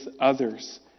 others